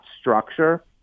structure